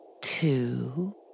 two